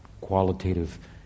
qualitative